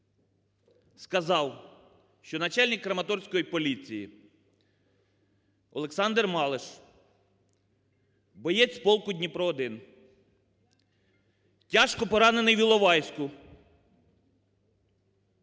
сказав, що начальник краматорської поліції Олександр Малиш, боєць полку "Дніпро-1", тяжко поранений в Іловайську,